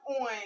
on